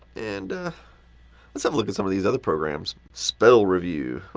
and let's have a look at some of these other programs. spell review.